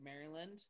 Maryland